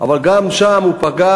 אבל גם שם הוא פגע.